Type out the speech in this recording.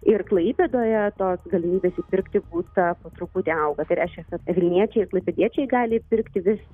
ir klaipėdoje tos galimybės įpirkti būstą po truputį auga tai reiškia kad vilniečiai ir klaipėdiečiai gali įpirkti vis